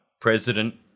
president